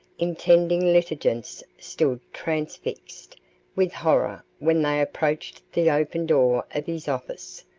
intending litigants stood transfixed with horror when they approached the open door of his office,